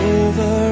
over